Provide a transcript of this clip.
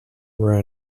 were